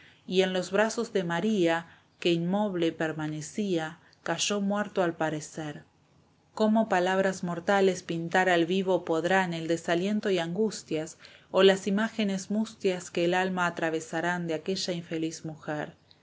y en los brazos de maría que inmóvil permanecía cayó muerto al parecer cómo palabras mortales pintar al vivo podrán el desaliento y angustias o las imágenes mustias que el alma atravesarán de a quella infeliz mujer